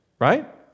right